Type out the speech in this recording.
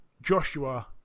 Joshua